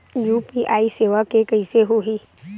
UPI सेवा के कइसे होही?